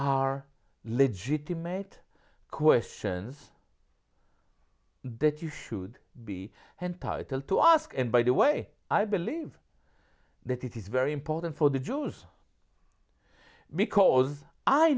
are legitimate questions that you should be entitled to ask and by the way i believe that it is very important for the jews because i